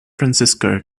francisco